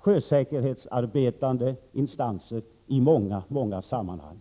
Sjösäkerhetsarbetande instanser kan faktiskt behöva en sådan identifikation i väldigt många sammanhang.